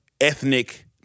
ethnic